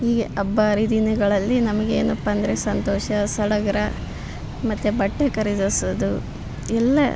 ಹೀಗೆ ಹಬ್ಬ ಹರಿದಿನಗಳಲ್ಲಿ ನಮಗೆ ಏನಪ್ಪ ಅಂದರೆ ಸಂತೋಷ ಸಡಗರ ಮತ್ತು ಬಟ್ಟೆ ಖರೀದಿಸೋದು ಎಲ್ಲ